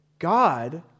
God